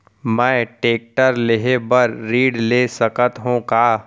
मैं टेकटर लेहे बर ऋण ले सकत हो का?